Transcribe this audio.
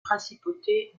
principauté